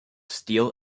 steel